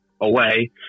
away